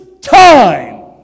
time